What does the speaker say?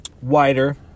wider